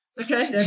Okay